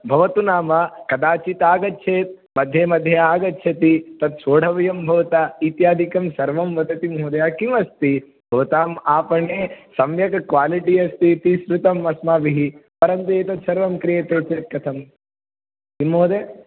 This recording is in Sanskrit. भवतु नाम कदाचित् आगच्छेत् मध्ये मध्ये आगच्छति तत् सोढव्यं भवता इत्यादिकं सर्वं वदति महोदय किमस्ति भवताम् आपणे सम्यक् क्वालिटी अस्ति इति श्रुतम् अस्माभिः परन्तु एतत् सर्वं क्रियते चेत् कथं किं महोदय